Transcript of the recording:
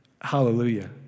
hallelujah